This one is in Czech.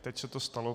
Teď se to stalo.